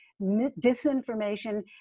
disinformation